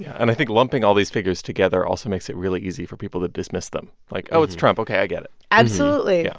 and i think lumping all these figures together also makes it really easy for people to dismiss them. like, oh, it's trump. ok, i get it absolutely. yeah